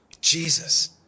Jesus